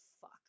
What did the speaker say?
fuck